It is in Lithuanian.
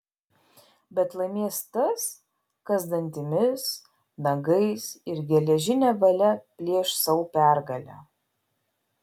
bet laimės tas kas dantimis nagais ir geležine valia plėš sau pergalę